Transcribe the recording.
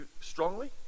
strongly